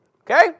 Okay